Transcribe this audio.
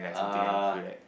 uh